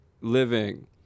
living